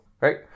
right